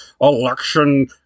election